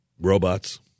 Robots